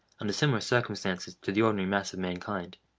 under similar circumstances, to the ordinary mass of mankind.